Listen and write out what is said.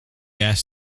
gas